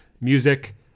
music